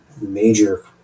major